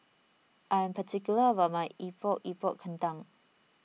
I am particular about my Epok Epok Kentang